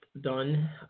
done